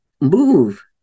move